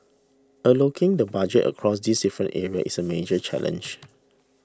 allocating the budget across these different areas is a major challenge